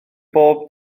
bob